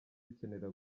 ukenera